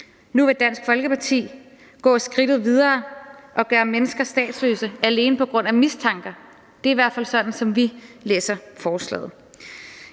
Nu vil Dansk Folkeparti gå skridtet videre og gøre mennesker statsløse alene på grundlag af mistanker. Det er i hvert fald sådan, vi læser forslaget.